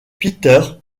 peter